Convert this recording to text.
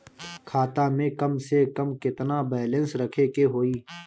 खाता में कम से कम केतना बैलेंस रखे के होईं?